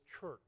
church